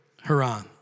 Haran